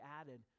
added